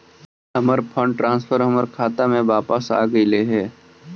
हमर fund transfer हमर खाता में वापस आगईल हे